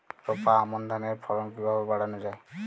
রোপা আমন ধানের ফলন কিভাবে বাড়ানো যায়?